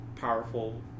powerful